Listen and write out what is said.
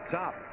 top